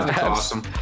awesome